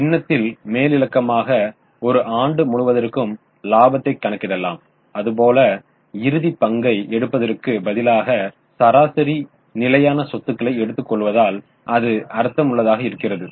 பின்னத்தில் மேலிலக்கமாக ஒரு ஆண்டு முழுவதற்கும் இலாபத்தை கணக்கிடலாம் அதுபோல இறுதி பங்கை எடுப்பதற்கு பதிலாக சராசரி நிலையான சொத்துக்களை எடுத்துக்கொள்வதால் அது அர்த்தமுள்ளதாக இருக்கிறது